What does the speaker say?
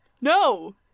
No